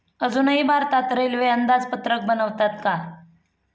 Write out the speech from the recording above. अजूनही भारतात रेल्वे अंदाजपत्रक बनवतात का?